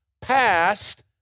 passed